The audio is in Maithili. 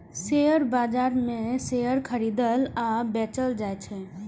शेयर बाजार मे शेयर खरीदल आ बेचल जाइ छै